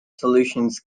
solutions